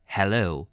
Hello